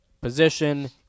position